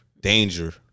Danger